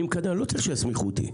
אני לא צריך שיסמיכו אותי.